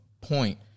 point